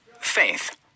Faith